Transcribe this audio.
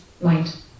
mind